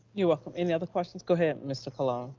you're welcome, any other questions? go ahead, mr. colon.